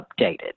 updated